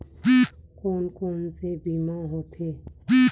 कोन कोन से बीमा होथे?